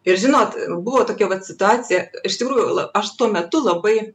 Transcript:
ir žinot buvo tokia vat situacija iš tikrųjų aš tuo metu labai